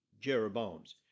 Jeroboams